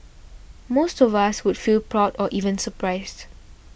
most of us would feel proud or even surprised